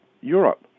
Europe